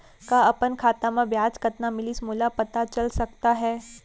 का अपन खाता म ब्याज कतना मिलिस मोला पता चल सकता है?